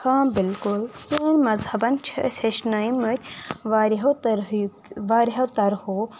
ہاں بلکُل سون مذہبن چھِ أسۍ ہیٚچھناومِتۍ واریاہو طرہوقو واریاہ طرہو